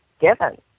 given